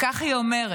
כך היא אומרת: